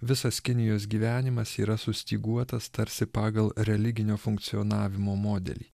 visas kinijos gyvenimas yra sustyguotas tarsi pagal religinio funkcionavimo modelį